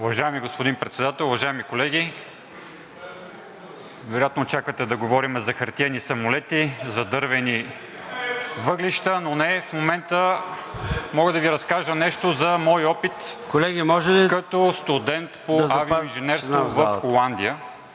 Уважаеми господин Председател, уважаеми колеги! Вероятно, очаквате да говорим за хартиени самолети, за дървени въглища, но не. В момента мога да Ви разкажа нещо за моя опит като студент по авиоинженерство в Холандия.